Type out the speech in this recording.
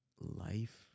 life